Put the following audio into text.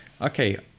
okay